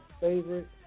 favorite